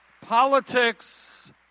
Politics